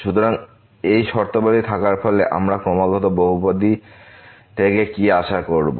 সুতরাং এই শর্তাবলী থাকার ফলে আমরা এইরকম বহুপদী থেকে কী আশা করব